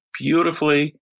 beautifully